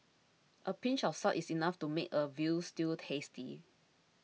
a pinch of salt is enough to make a Veal Stew tasty